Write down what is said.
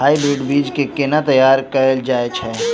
Hybrid बीज केँ केना तैयार कैल जाय छै?